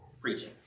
preaching